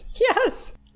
Yes